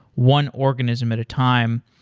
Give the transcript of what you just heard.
one organism at a time.